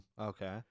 Okay